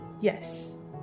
Yes